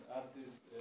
artists